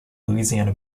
louisiana